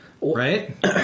Right